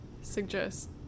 suggest